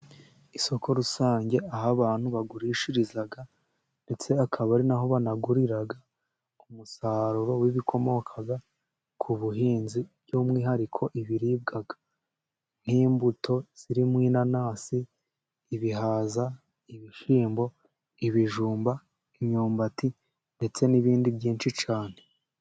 Isoko rusange aho abantu bagurishiriza ndetse akaba ari na ho banagurira, umusaruro w'ibikomoka ku buhinzi by'umwihariko ibiribwa, nk'imbuto zirimo: inanasi, ibihaza, ibishyimbo, ibijumba, imyumbati ndetse n'ibindi byinshi cyane.